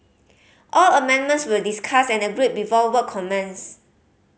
all amendments were discussed and agreed before work commenced